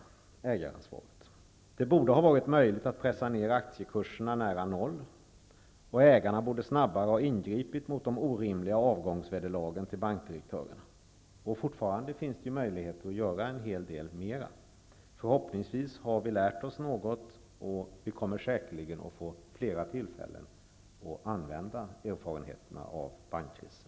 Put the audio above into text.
Det handlar alltså om ägaransvaret. Det borde ha varit möjligt att pressa ner aktiekurserna till nära noll, och ägarna borde snabbare ha ingripit mot de orimliga avgångsvederlagen till bankdirektörerna. Fortfarande finns det ju möjlighet att göra en hel del. Förhoppningsvis har vi lärt oss något. Säkerligen får vi fler tillfällen när det gäller att använda erfarenheterna av bankkrisen.